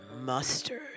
mustard